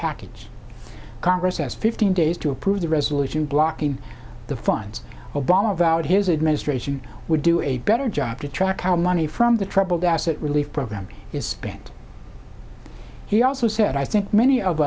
package congress as fifteen days to approve the resolution blocking the funds obama vowed his administration would do a better job to track our money from the troubled asset relief program is spent he also said i think many of